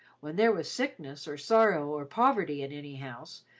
when there was sickness or sorrow or poverty in any house,